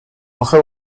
اخه